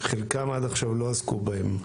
חלקם עד עכשיו לא עסקו בהם.